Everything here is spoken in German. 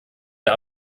der